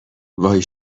وای